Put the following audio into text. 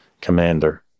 commander